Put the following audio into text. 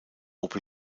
opel